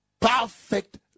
perfect